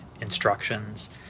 instructions